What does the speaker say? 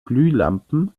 glühlampen